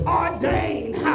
ordained